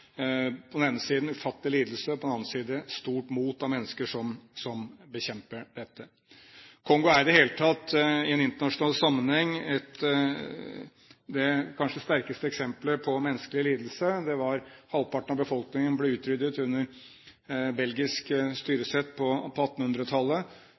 På den ene siden ufattelige lidelser, og på den andre siden et stort mot fra mennesker som bekjemper dette. Kongo er i det hele tatt i en internasjonal sammenheng det kanskje sterkeste eksemplet på menneskelig lidelse. Halvparten av befolkningen ble utryddet under belgisk